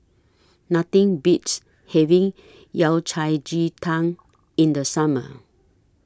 Nothing Beats having Yao Cai Ji Tang in The Summer